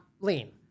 lean